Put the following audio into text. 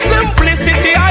Simplicity